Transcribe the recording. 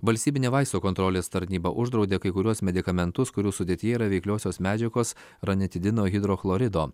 valstybinė vaistų kontrolės tarnyba uždraudė kai kuriuos medikamentus kurių sudėtyje yra veikliosios medžiagos ranitidino hidrochlorido